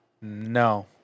No